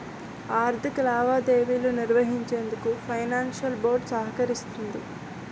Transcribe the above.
ఆర్థిక లావాదేవీలు నిర్వహించేందుకు ఫైనాన్షియల్ బోర్డ్ సహకరిస్తుంది